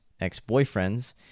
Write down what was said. ex-boyfriends